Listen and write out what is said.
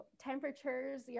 temperatures